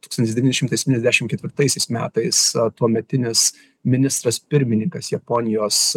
tūkstantis devyni šimtai septyniasdešim ketvirtaisiais metais tuometinis ministras pirmininkas japonijos